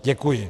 Děkuji.